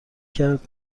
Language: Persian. کرد